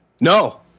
No